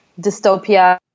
dystopia